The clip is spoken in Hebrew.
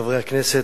חברי הכנסת,